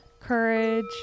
courage